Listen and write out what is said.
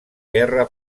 guerra